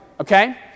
Okay